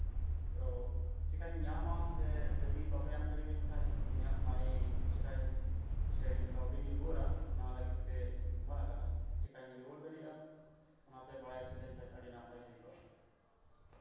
ᱛᱚ ᱪᱤᱠᱟᱹᱧ ᱧᱟᱢᱟ ᱥᱮ ᱡᱩᱫᱤ ᱵᱟᱯᱮ ᱮᱢ ᱫᱟᱲᱮᱭᱟᱹᱧ ᱠᱷᱟᱱ ᱛᱚᱵᱮ ᱤᱧᱟᱹᱜ ᱢᱟᱱᱤ ᱪᱤᱠᱟᱹᱧ ᱥᱮ ᱤᱧᱟᱹᱜ ᱠᱟᱹᱣᱰᱤᱧ ᱨᱩᱣᱟᱹᱲᱟ ᱚᱱᱟ ᱞᱟᱹᱜᱤᱫ ᱛᱮ ᱤᱧ ᱯᱷᱳᱱ ᱟᱠᱟᱫᱟ ᱪᱤᱠᱟᱹᱧ ᱨᱩᱣᱟᱹᱲ ᱫᱟᱲᱮᱭᱟᱜᱼᱟ ᱚᱱᱟ ᱯᱮ ᱵᱟᱰᱟᱭ ᱦᱚᱪᱚ ᱞᱮᱧ ᱠᱷᱟᱱ ᱟᱹᱰᱤ ᱱᱟᱯᱟᱭ ᱦᱩᱭ ᱠᱚᱜᱼᱟ